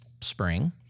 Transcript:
spring